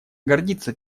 гордится